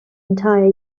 entire